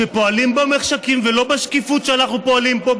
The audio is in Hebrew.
שפועלים במחשכים ולא בשקיפות שאנחנו פועלים פה,